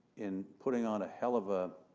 in putting on a hell of a